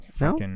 no